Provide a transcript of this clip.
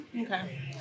Okay